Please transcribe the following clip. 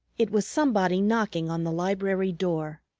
it was somebody knocking on the library door.